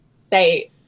say